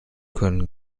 können